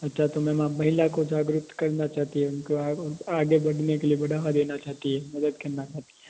अच्छा तो मैम आप महिला को जागरूक करना चाहती है उनको आगे बढ़ने के लिए बढ़ावा देना चाहती है मदद करना चाहती है